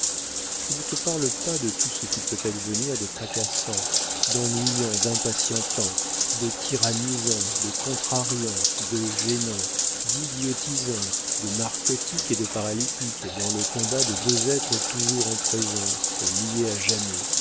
je ne te parle pas de tout ce qui peut advenir de tracassant d'ennuyant d'impatientant de tyrannisant de contrariant de gênant d'idiotisant de narcotique et de paralytique dans le combat de deux êtres toujours en présence liés à jamais